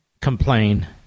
complain